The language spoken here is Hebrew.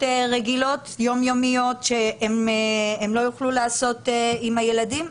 רגילות יום יומיות שהם לא יוכלו לעשות עם הילדים,